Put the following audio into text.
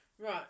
Right